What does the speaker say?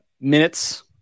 minutes